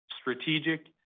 strategic